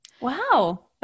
wow